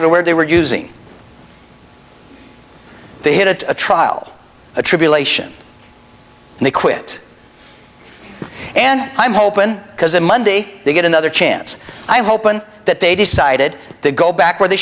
to where they were using they had it a trial a tribulation and they quit and i'm hoping because a monday they get another chance i hope and that they decided to go back where they